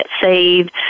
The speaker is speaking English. saved